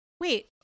wait